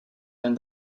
than